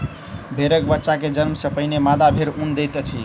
भेड़क बच्चा के जन्म सॅ पहिने मादा भेड़ ऊन दैत अछि